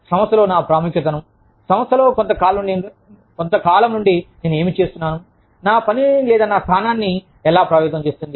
సంస్థలో నా ప్రాముఖ్యతను సంస్థలో కొంతకాలం నుండి నేను ఏమి చేస్తున్నాను నా పనిని లేదా నా స్థానాన్ని ఎలా ప్రభావితం చేస్తుంది